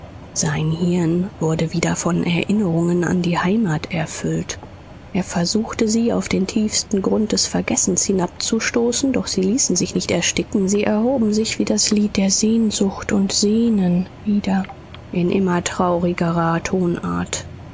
sein hirn wurde wieder von erinnerungen an die heimat erfüllt er versuchte sie auf den tiefsten grund des vergessens hinabzustoßen doch sie ließen sich nicht ersticken sie erhoben sich wie das lied der sehnsucht und kehrten wieder in immer traurigerer tonart